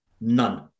None